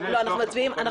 --- הצבעה --- אנחנו פותחים,